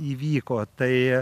įvyko tai